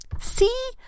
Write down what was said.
See